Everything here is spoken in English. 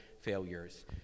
failures